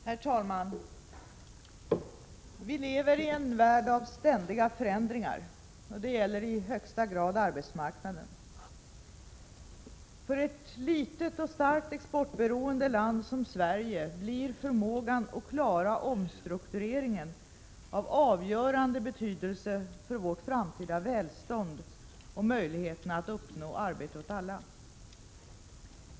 Herr talman! Vi lever i en värld av ständiga förändringar. Det gäller i högsta grad arbetsmarknaden. För ett litet och starkt exportberoende land som Sverige blir förmågan att klara omstruktureringen av avgörande betydelse för vårt framtida välstånd och möjligheterna att uppnå arbete åt alla.